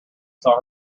saw